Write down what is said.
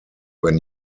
when